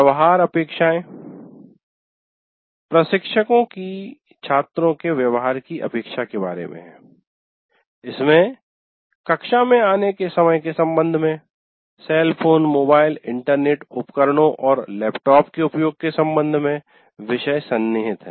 व्यवहार अपेक्षाएं प्रशिक्षकों की छात्रों के व्यवहार की अपेक्षाएं के बारे में इसमें कक्षा में आने के समय के संबंध में सेल फोन मोबाइल इंटरनेट उपकरणों और लैपटॉप के उपयोग के संबंध में विषय सन्निहित